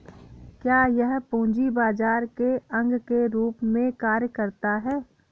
क्या यह पूंजी बाजार के अंग के रूप में कार्य करता है?